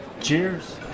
Cheers